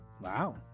Wow